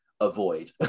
avoid